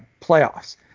playoffs